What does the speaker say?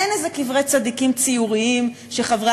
אין איזה קברי צדיקים ציוריים שחברי